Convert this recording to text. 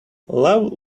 love